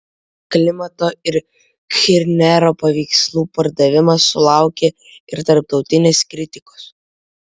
klimto ir kirchnerio paveikslų pardavimas sulaukė ir tarptautinės kritikos